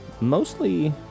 mostly